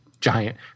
giant